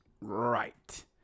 Right